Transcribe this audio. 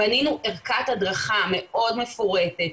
בנינו ערכת הדרכה מאוד מפורטת